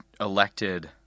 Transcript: elected